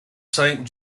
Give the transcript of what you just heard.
saint